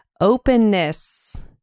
openness